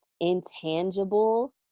intangible